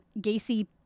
Gacy